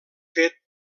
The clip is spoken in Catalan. fet